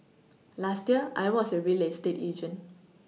last year I was your real estate agent